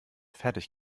fertig